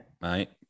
Right